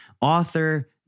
author